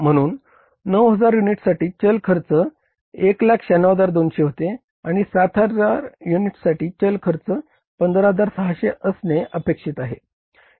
म्हणुन 9000 युनिट्ससाठी चल खर्च 196200 होते आणि 7000 युनिट्ससाठी चल खर्च 15600 असणे अपेक्षित आहे